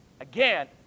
again